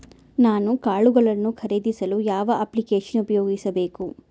ನಾನು ಕಾಳುಗಳನ್ನು ಖರೇದಿಸಲು ಯಾವ ಅಪ್ಲಿಕೇಶನ್ ಉಪಯೋಗಿಸಬೇಕು?